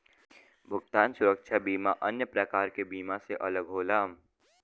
भुगतान सुरक्षा बीमा अन्य प्रकार के बीमा से अलग होला